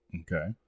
Okay